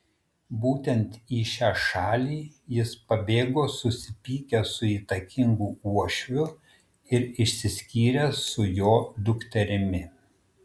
būtent į šią šalį jis pabėgo susipykęs su įtakingu uošviu ir išsiskyręs su jo dukterimi